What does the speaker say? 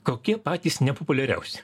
kokie patys nepopuliariausi